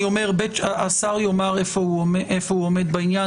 אני אומר, השר יאמר איפה הוא עומד בעניין.